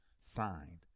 Signed